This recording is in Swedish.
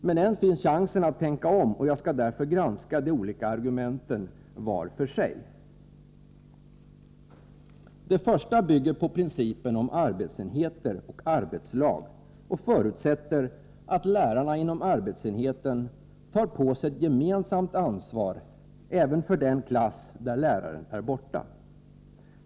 Men än finns chansen att tänka om, och jag skall därför granska de olika argumenten vart för sig. Det första argumentet bygger på principen om arbetsenheter och arbetslag och förutsätter att lärarna inom arbetsenheten tar på sig ett gemensamt ansvar även för den klass där läraren är borta.